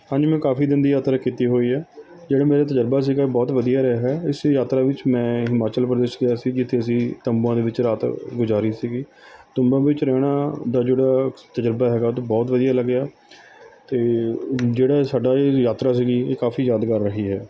ਹਾਂਜੀ ਮੈਂ ਕਾਫ਼ੀ ਦਿਨ ਦੀ ਯਾਤਰਾ ਕੀਤੀ ਹੋਈ ਹੈ ਜਿਹੜੇ ਮੇਰੇ ਤਜ਼ਰਬਾ ਸੀਗਾ ਬਹੁਤ ਵਧੀਆ ਰਿਹਾ ਇਸ ਯਾਤਰਾ ਵਿੱਚ ਮੈਂ ਹਿਮਾਚਲ ਪ੍ਰਦੇਸ਼ ਗਿਆ ਸੀ ਜਿੱਥੇ ਅਸੀਂ ਤੰਬੂਆਂ ਦੇ ਵਿੱਚ ਰਾਤ ਗੁਜ਼ਾਰੀ ਸੀਗੀ ਤੰਬੂਆਂ ਵਿੱਚ ਰਹਿਣਾ ਦਾ ਜਿਹੜਾ ਤਜ਼ਰਬਾ ਹੈਗਾ ਅਤੇ ਬਹੁਤ ਵਧੀਆ ਲੱਗਿਆ ਅਤੇ ਜਿਹੜਾ ਸਾਡਾ ਇਹ ਯਾਤਰਾ ਸੀਗੀ ਇਹ ਕਾਫ਼ੀ ਯਾਦਗਰ ਰਹੀ ਹੈ